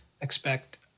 expect